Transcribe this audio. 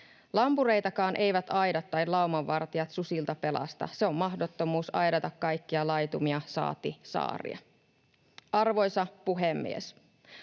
Lampureitakaan eivät aidat tai laumanvartijat susilta pelasta. On mahdottomuus aidata kaikkia laitumia, saati saaria. Arvoisa puhemies!